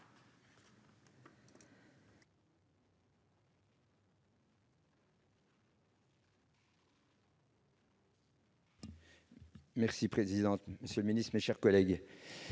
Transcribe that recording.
la présidente, monsieur le ministre, mes chers collègues,